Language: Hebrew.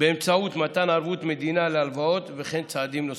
באמצעות מתן ערבות מדינה להלוואות וכן צעדים נוספים.